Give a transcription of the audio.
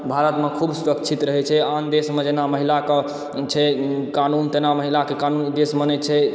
भारतमे खूब सुरक्षित रहै छै आन देशमे जेना महिलाके छै कानून तेना महिलाके कानून एहि देशमे नहि छै